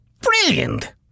Brilliant